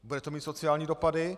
Bude to mít sociální dopady.